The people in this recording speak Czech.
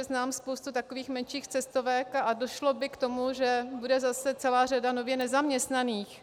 Znám spoustu takových menších cestovek a došlo by k tomu, že bude zase celá řada nově nezaměstnaných.